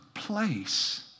place